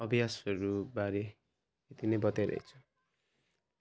अभ्यासहरूबारे यति नै बताइरहेछु